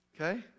okay